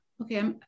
Okay